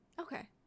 okay